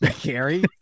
Gary